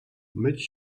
myć